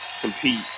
compete